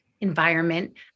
environment